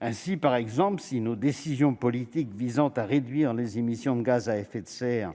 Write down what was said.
Ainsi, si les décisions politiques visant à réduire les émissions de gaz à effet de serre